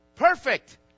perfect